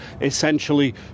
essentially